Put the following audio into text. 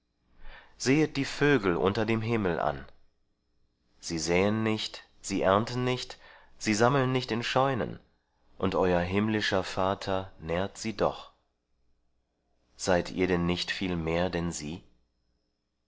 sehet die vögel unter dem himmel an sie säen nicht sie ernten nicht sie sammeln nicht in die scheunen und euer himmlischer vater nährt sie doch seid ihr denn nicht viel mehr denn sie